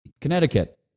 Connecticut